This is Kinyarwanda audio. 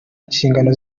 inshingano